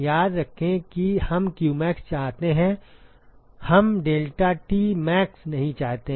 याद रखें कि हम qmax चाहते हैं हम deltaTmax नहीं चाहते हैं